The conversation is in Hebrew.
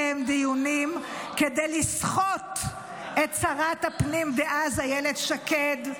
דיונים כדי לסחוט את שרת הפנים דאז אילת שקד,